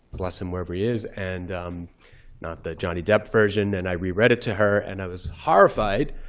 bless him wherever he is. and not the johnny depp version. and i re-read it to her. and i was horrified.